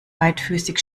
beidfüßig